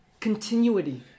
continuity